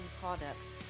products